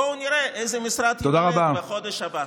בואו נראה איזה משרד ייוולד בחודש הבא.